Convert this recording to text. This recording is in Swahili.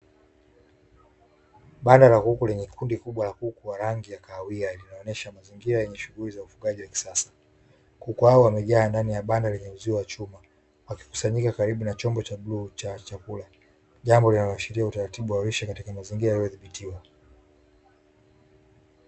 Banda la kuku lenye kundi kubwa la kuku wa rangi ya kahawia inaonesha mazingira yenye shughuli za ufugaji wa kisasa, kuku hao wamejaa ndani banda lenye uzio wa chuma, wakikusanyika kalibu na chombo cha bluu cha chakula jambo linaloashilia utararibu wa lishe katika mazingira yaliyo dhibitiwa.